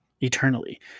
eternally